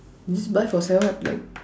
just buy for seven like